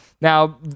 Now